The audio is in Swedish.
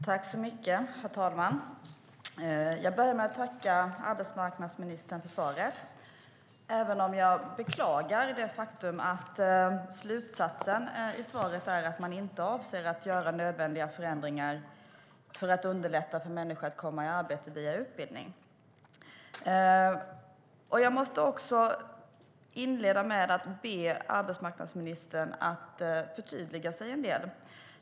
Herr talman! Jag börjar med att tacka arbetsmarknadsministern för svaret även om jag beklagar det faktum att slutsatsen i svaret är att man inte avser att göra nödvändiga förändringar för att underlätta för människor att komma i arbete via utbildning. Jag måste inleda med att be arbetsmarknadsministern att förtydliga sig en del.